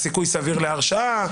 הסיכוי הסביר להרשעה.